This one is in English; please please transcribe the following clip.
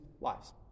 lives